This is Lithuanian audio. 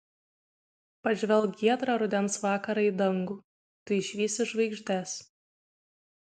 pažvelk giedrą rudens vakarą į dangų tu išvysi žvaigždes